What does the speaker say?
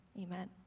Amen